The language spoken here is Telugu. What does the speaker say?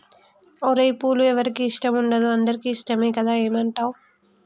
ఓరై పూలు ఎవరికి ఇష్టం ఉండదు అందరికీ ఇష్టమే కదా ఏమంటావ్